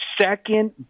second